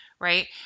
right